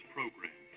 Program